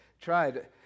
tried